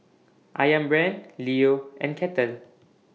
Ayam Brand Leo and Kettle